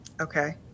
Okay